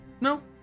No